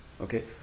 okay